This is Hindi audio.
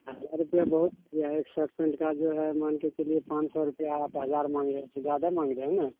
हज़ार रुपया बहुत भैया एक शर्ट पैन्ट का जो है मानकर चलिए पाँच सौ रुपया है आप हज़ार माँग रहे हैं तो ज़्यादा माँग रहे हैं ना